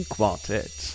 Quartet